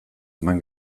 eman